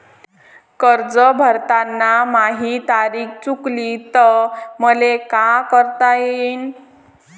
कर्ज भरताना माही तारीख चुकली तर मले का करता येईन?